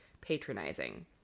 Patronizing